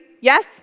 Yes